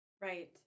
Right